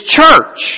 church